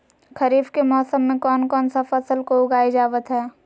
खरीफ के मौसम में कौन कौन सा फसल को उगाई जावत हैं?